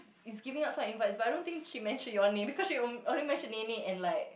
is giving out some invites but I don't think she mention your name because on~ only mention nenek and like